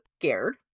scared